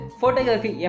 photography